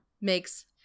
makes